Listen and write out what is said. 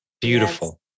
Beautiful